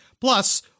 Plus